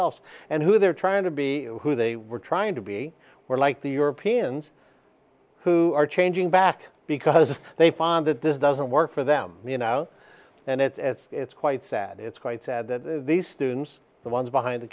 else and who they're trying to be who they were trying to be were like the europeans who are changing back because they find that this doesn't work for them you know and it's it's quite sad it's quite sad that these students the ones behind the